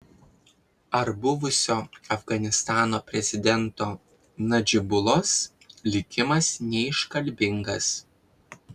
ar buvusio afganistano prezidento nadžibulos likimas neiškalbingas